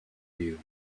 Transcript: you